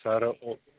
sir ਉਹ